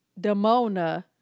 Damona